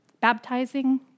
baptizing